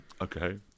Okay